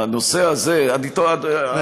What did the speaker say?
הנושא הזה אדוני היושב-ראש,